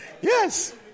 Yes